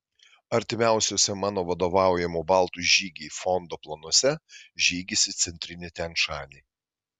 artimiausiuose mano vadovaujamo baltų žygiai fondo planuose žygis į centrinį tian šanį